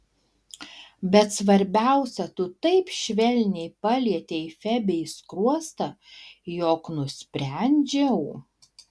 bet svarbiausia tu taip švelniai palietei febei skruostą jog nusprendžiau